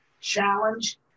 challenge